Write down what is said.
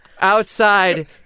Outside